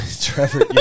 Trevor